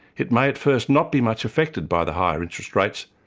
it may at first not be much affected by the higher interest rates,